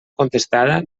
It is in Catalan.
contestada